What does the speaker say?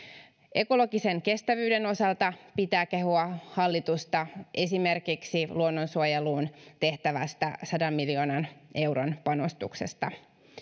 ekologisen kestävyyden osalta pitää kehua hallitusta esimerkiksi luonnonsuojeluun tehtävästä sadan miljoonan euron panostuksesta